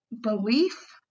belief